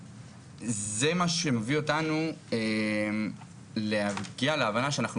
זה מה שמביא אותנו להגיע להבנה שאנחנו